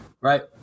right